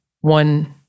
one